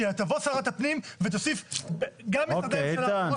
שתבוא שרת הפנים ותוסיף גם משרדי ממשלה,